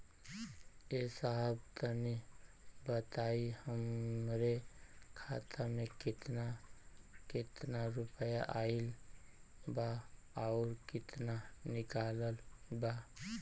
ए साहब तनि बताई हमरे खाता मे कितना केतना रुपया आईल बा अउर कितना निकलल बा?